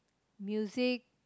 music